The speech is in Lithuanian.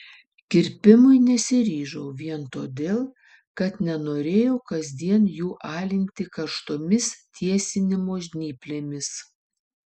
kirpimui nesiryžau vien todėl kad nenorėjau kasdien jų alinti karštomis tiesinimo žnyplėmis